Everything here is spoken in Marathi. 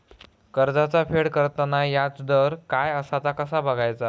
कर्जाचा फेड करताना याजदर काय असा ता कसा बगायचा?